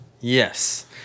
Yes